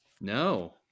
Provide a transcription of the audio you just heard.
No